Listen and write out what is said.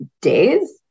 days